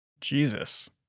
Jesus